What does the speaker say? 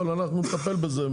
אבל אנחנו נטפל בזה.